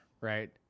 right